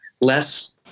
less